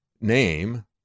name